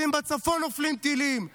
וגם על ערבים בצפון נופלים טילים,